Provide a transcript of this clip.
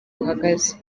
buhagaze